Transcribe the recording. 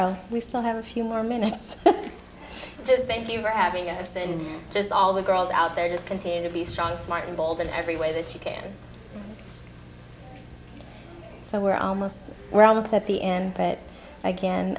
we still have a few more minutes just thank you for having us and just all the girls out there just continue to be strong smart involved in every way that you can so we're almost we're almost at the end but again